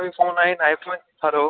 तव्हांजी फ़ोन आई नाइट में हलो